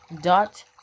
dot